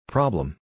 Problem